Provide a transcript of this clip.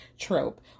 trope